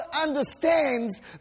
understands